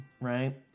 right